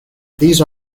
these